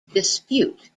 dispute